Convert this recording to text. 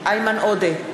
איימן עודה,